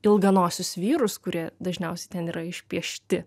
ilganosius vyrus kurie dažniausiai ten yra išpiešti